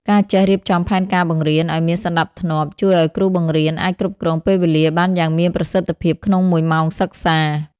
ការចេះរៀបចំផែនការបង្រៀន ឱ្យមានសណ្តាប់ធ្នាប់ ជួយឱ្យគ្រូបង្រៀនអាចគ្រប់គ្រងពេលវេលាបានយ៉ាងមានប្រសិទ្ធភាពក្នុងមួយម៉ោងសិក្សា។